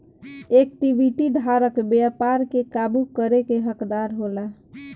equity धारक व्यापार के काबू करे के हकदार होला